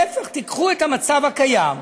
להפך, קחו את המצב הקיים.